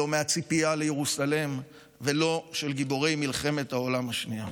לא מהציפייה לירוסלם ולא של גיבורי מלחמת העולם השנייה.